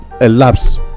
elapse